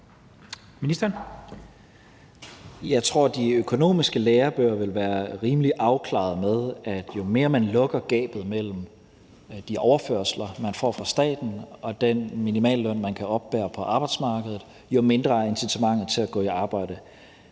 Jeg tror, at de økonomiske lærebøger vil være rimelig afklarede, i forhold til at jo mere man lukker gabet mellem de overførsler, folk får fra staten, og den minimalløn, folk kan oppebære på arbejdsmarkedet, jo mindre er incitamentet til at gå i arbejde.